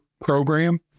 program